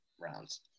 rounds